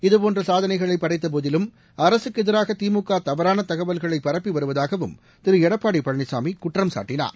இதபோன்ற சாதனைகளை படைத்தபோதிலும் அரசுக்கு எதிராக திமுக தவறான தகவல்களை பரப்பி வருவதாகவும் திரு எடப்பாடி பழனிசாமி குற்றம்சாட்டினார்